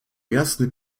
jasny